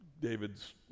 David's